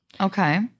Okay